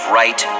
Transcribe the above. right